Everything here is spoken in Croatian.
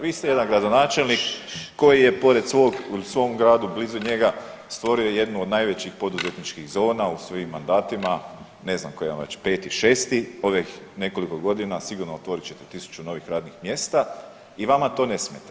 Vi ste jedan gradonačelnik koji je pored svog ili u svom gradu, blizu njega stvorio jednu od najvećih poduzetničkih zona u svojim mandatima, ne znam koji vam je već 5-6 ovih nekoliko godina, sigurno otvorit ćete 1.000 novih radnih mjesta i vama to ne smeta.